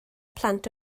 plant